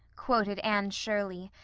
quoted anne shirley,